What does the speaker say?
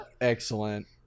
excellent